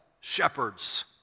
shepherds